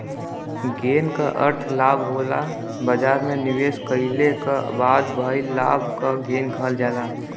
gain क अर्थ लाभ होला बाजार में निवेश कइले क बाद भइल लाभ क गेन कहल जाला